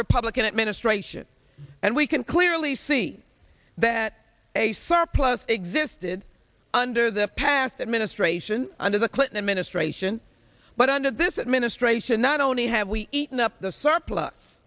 republican administration and we can clearly see that a surplus existed under the past administration under the clinton administration but under this administration not only have we eaten up the surplus